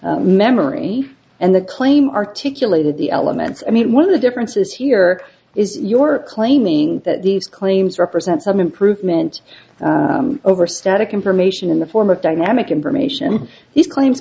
memory and the claim articulated the elements i mean one of the differences here is your claiming that these claims represent some improvement over static information in the form of dynamic information these claims